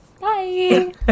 Bye